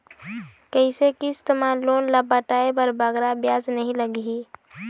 कइसे किस्त मा लोन ला पटाए बर बगरा ब्याज नहीं लगही?